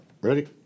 ready